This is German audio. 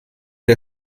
der